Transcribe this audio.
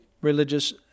religious